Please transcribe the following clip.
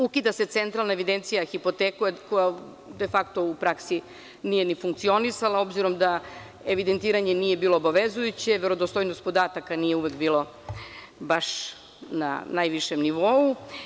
Ukida se centralna evidencija hipoteka koja defakto u praksi nije ni funkcionisala, obzirom da evidentiranje nije bilo obavezujuće, verodostojnost podataka nije uvek bila baš na najvišem nivou.